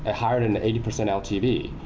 ah higher than eighty percent ltv?